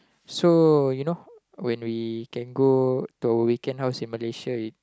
so you know when we can go to weekend house in Malaysia